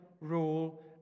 rule